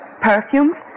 perfumes